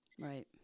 Right